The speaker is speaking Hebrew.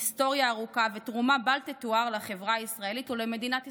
היסטוריה ארוכה ותרומה בל תתואר לחברה הישראלית ולמדינת ישראל.